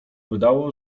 wydało